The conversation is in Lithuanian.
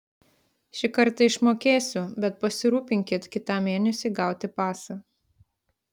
šį kartą išmokėsiu bet pasirūpinkit kitam mėnesiui gauti pasą